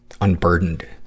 unburdened